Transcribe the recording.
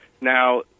Now